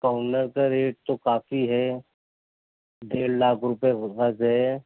corner کا rate تو کافی ہے ڈیڑھ لاکھ روپیے گز ہے